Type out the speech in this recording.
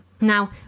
Now